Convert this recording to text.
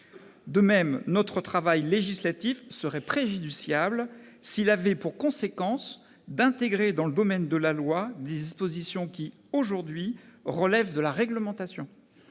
De même, notre travail législatif serait préjudiciable s'il avait pour conséquence d'intégrer dans le domaine de la loi des dispositions qui, aujourd'hui, relèvent de la réglementation.